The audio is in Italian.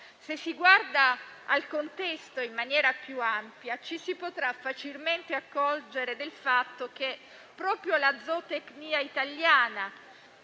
Se si guarda al contesto in maniera più ampia, ci si potrà facilmente accorgere del fatto che proprio la zootecnia italiana